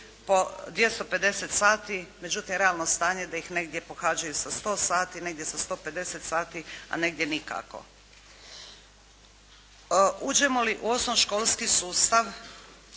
po 250 sati, međutim realno stanje je da ih negdje pohađaju sa 100 sati, negdje sa 150 sati, a negdje nikako. Uđemo li u osnovnoškolski sustav